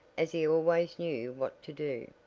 as he always knew what to do.